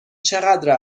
چقدر